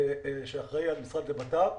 שאחראי על המשרד לבט"פ,